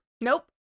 Nope